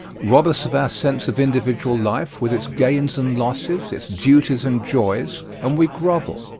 rob us of our sense of individual life, with its gains and losses, its duties and joys, and we grovel.